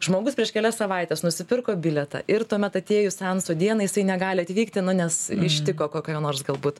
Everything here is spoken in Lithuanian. žmogus prieš kelias savaites nusipirko bilietą ir tuomet atėjus seanso dienai jisai negali atvykti nes ištiko kokia nors galbūt